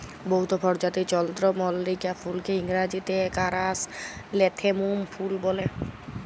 বহুত পরজাতির চল্দ্রমল্লিকা ফুলকে ইংরাজিতে কারাসলেথেমুম ফুল ব্যলে